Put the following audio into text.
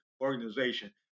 organization